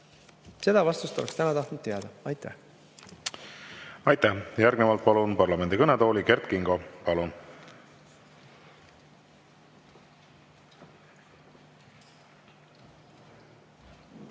Seda vastust oleks täna tahtnud teada. Aitäh! Aitäh! Järgnevalt palun parlamendi kõnetooli Kert Kingo. Aitäh!